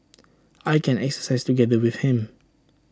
I can exercise together with him